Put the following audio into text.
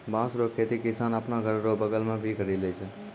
बाँस रो खेती किसान आपनो घर रो बगल मे भी करि लै छै